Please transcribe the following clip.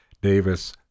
Davis